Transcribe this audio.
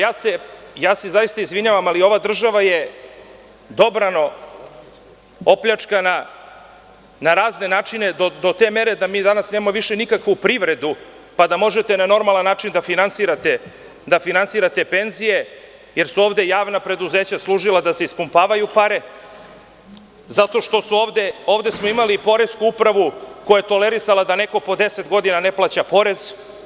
Zaista se izvinjavam, ali ova država je dobro opljačkana na razne načine, do te mere da mi danas nemamo nikakvu privredu, pa da možete na normalan način da finansirate penzije, jer su ovde javna preduzeća služila da se ispumpavaju pare, zato što smo ovde imali poresku upravu koja je tolerisala da neko po deset godina ne plaća porez.